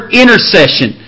intercession